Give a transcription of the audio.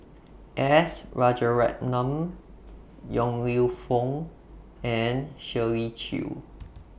S Rajaratnam Yong Lew Foong and Shirley Chew